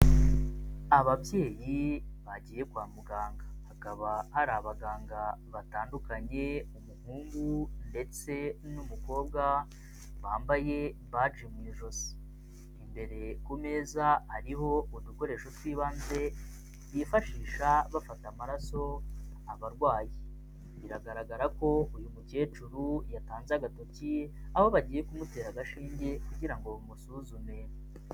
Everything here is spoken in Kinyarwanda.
Ababyeyi bagiye kwa muganga hakaba hari abaganga batandukanye umuhungu ndetse n'umukobwa bambaye badge mu ijosi, imbere ku meza hariho udukoresho tw'ibanze bifashisha bafata amaraso abarwayi. Biragaragara ko uyu mukecuru yatanze agatoki aho bagiye kumutera agashinge kugira ngo bamusuzume.